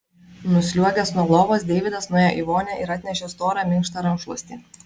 nusliuogęs nuo lovos deividas nuėjo į vonią ir atnešė storą minkštą rankšluostį